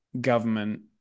government